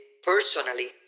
personally